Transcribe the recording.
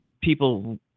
people